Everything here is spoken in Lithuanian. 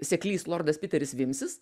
seklys lordas piteris vimsis